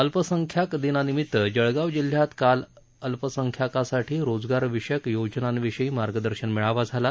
अल्पसंख्यांक दिनानिमित्त जळगाव जिल्ह्यात काल उल्पसंख्यकांसाठी रोजगारविषयक योजनांविषयी मार्गदर्शन मेळावा झाला